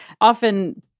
often